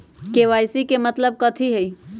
KYC के मतलब कथी होई?